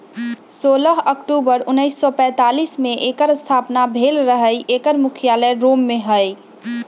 सोलह अक्टूबर उनइस सौ पैतालीस में एकर स्थापना भेल रहै एकर मुख्यालय रोम में हइ